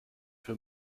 für